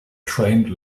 trained